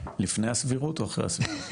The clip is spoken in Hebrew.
לפני הסבירות או אחרי הסבירות?